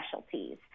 specialties